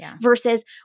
versus